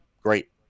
Great